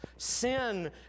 Sin